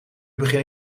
begin